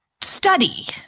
study